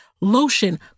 lotion